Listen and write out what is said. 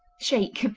shake!